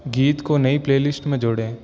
गीत को नई प्लेलिस्ट में जोड़ें